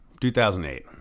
2008